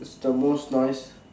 the most noise